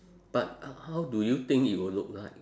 but how do you think it will look like